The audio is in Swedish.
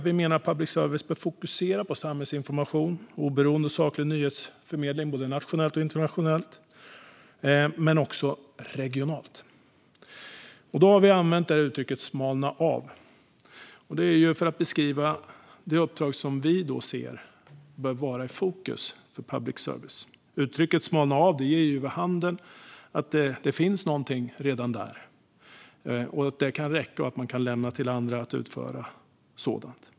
Vi menar att public service bör fokusera på samhällsinformation och oberoende, saklig nyhetsförmedling både nationellt och internationellt och också regionalt. Här har vi använt uttrycket "smalna av". Det är för att beskriva det uppdrag som vi anser bör vara i fokus för public service. Uttrycket "smalna av" ger vid handen att det redan finns någonting där och att det kan räcka och att man kan lämna till andra att utföra sådant.